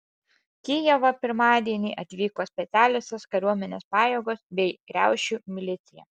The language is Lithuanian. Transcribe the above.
į kijevą pirmadienį atvyko specialiosios kariuomenės pajėgos bei riaušių milicija